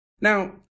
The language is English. Now